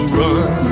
run